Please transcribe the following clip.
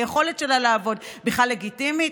היכולת שלה לעבוד בכלל לגיטימית?